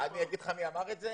אני אגיד לך מי אמר את זה.